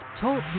Talk